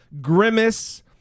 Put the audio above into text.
grimace